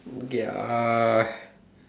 K uh